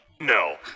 No